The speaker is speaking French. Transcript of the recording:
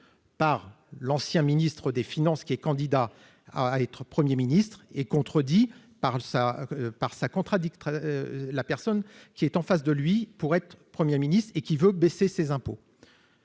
par l'ancien ministre des finances, qui est candidat à être 1er ministre est contredit par ça part ça contradictoire, la personne qui est en face de lui pour être Premier Ministre et qui veut baisser ses impôts.